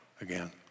again